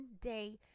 day